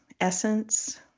essence